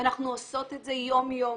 ואנחנו עושות את זה יום-יום.